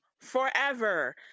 Forever